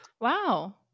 wow